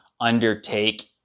undertake